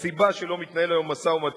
הסיבה שלא מתנהל היום משא-ומתן,